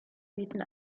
bieten